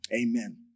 amen